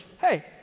hey